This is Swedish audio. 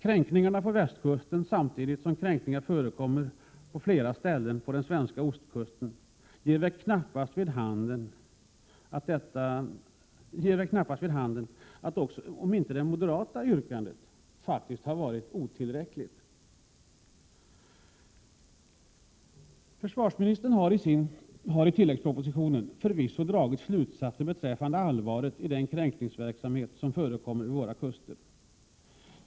Kränkningar på västkusten som förekommer samtidigt med kränkningar på fler ställen på den svenska ostkusten ger väl snarast vid handen att också det moderata yrkandet faktiskt har varit otillräckligt. Försvarsministern har i tilläggspropositionen förvisso dragit slutsatser beträffande allvaret i den kränkningsverksamhet som förekommer vid våra kuster.